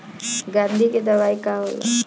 गंधी के दवाई का होला?